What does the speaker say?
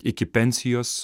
iki pensijos